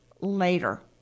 later